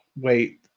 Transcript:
wait